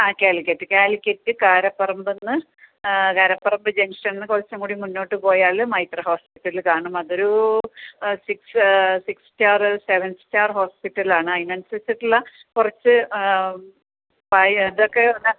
ആ കാലിക്കറ്റ് കാലിക്കറ്റ് കാരപ്പറമ്പ്ന്ന് കാരപ്പറമ്പ് ജംഗ്ഷൻന്ന് കുറച്ചും കൂടി മുന്നോട്ട് പോയാൽ മൈത്ര ഹോസ്പിറ്റൽ കാണും അതൊരു six six star seven star hospital ആണ് അതിന് അനുസരിച്ചിട്ടുള്ള കുറച്ച് പായ് അതൊക്കെ പിന്നെ